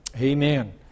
Amen